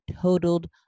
Totaled